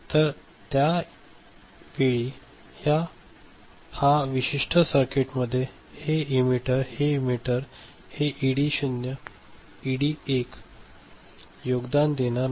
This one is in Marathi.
तर त्या वेळी हा विशिष्ट सर्किट मध्ये हे इमीटर हे इमीटर हे इडी0 आणि इडी1 योगदान देणार नाही